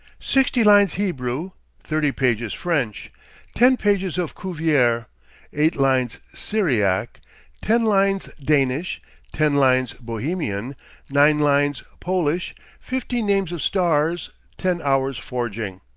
sixty lines hebrew thirty pages french ten pages of cuvier eight lines syriac ten lines danish ten lines bohemian nine lines polish fifteen names of stars ten hours forging.